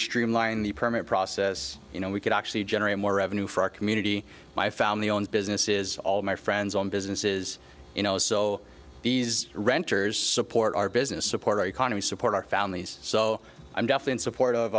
streamline the permit process you know we could actually generate more revenue for our community my family owned business is all my friends own businesses you know so these renters support our business support our economy support our families so i'm deaf in support of